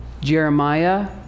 Jeremiah